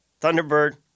Thunderbird